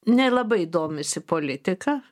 nelabai domisi politika